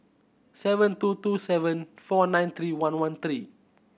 seven two two seven four nine three one one three